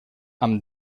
amb